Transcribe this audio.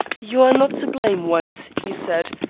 you are not to blame, white, he said,